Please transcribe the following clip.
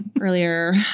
earlier